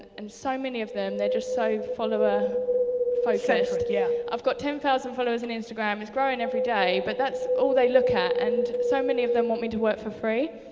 and so many of them, they're just so follower focused. separate yeah. i've got ten thousand followers on and instagram, it's growing everyday, but that's all they look at, and so many of them want me to work for free.